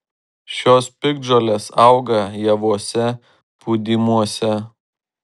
šios piktžolės auga javuose pūdymuose